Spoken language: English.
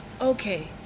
okay